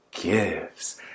gives